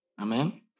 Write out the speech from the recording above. Amen